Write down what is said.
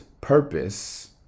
purpose